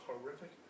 horrific